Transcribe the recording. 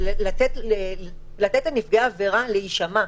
לתת לנפגעי עבירה להישמע,